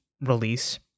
release